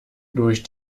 durch